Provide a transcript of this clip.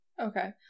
Okay